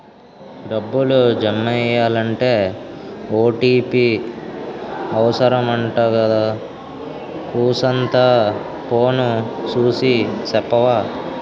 డబ్బులు జమెయ్యాలంటే ఓ.టి.పి అవుసరమంటగదా కూసంతా ఫోను సూసి సెప్పవా